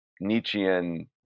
Nietzschean